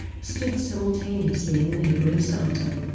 stood simultaneously in neighbouring somerton